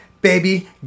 baby